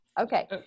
Okay